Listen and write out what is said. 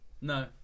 No